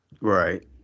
Right